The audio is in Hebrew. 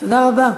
תודה רבה.